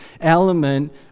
element